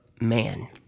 man